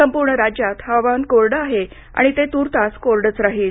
संपूर्ण राज्यात हवामान कोरडं कोरडं आहे आणि ते तूर्तास कोरडंच राहील